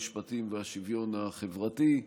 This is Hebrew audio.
המשפטים והשוויון החברתי.